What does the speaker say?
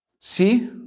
See